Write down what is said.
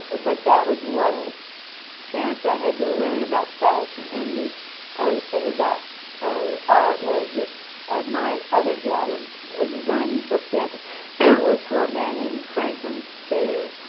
but that was one chance i had to learn about fashion, and the ah thing about ah art was that my other job of ah designing book jackets and was for a man named franklin spear,